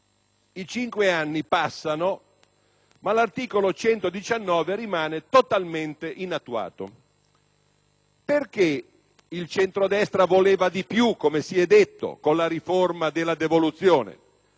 I cinque anni passano, ma l'articolo 119 rimane totalmente inattuato. Perché il centrodestra voleva di più - come si è detto - con la riforma della devoluzione?